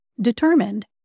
Determined